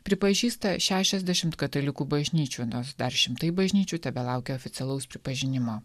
pripažįsta šešiasdešimt katalikų bažnyčių nors dar šimtai bažnyčių tebelaukia oficialaus pripažinimo